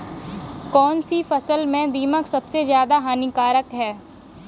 कौनसी फसल में दीमक सबसे ज्यादा हानिकारक है?